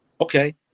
Okay